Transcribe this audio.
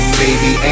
baby